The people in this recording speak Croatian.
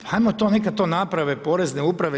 Hajmo to, neka to naprave Porezne uprave.